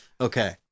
Okay